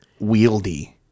wieldy